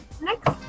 Next